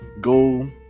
go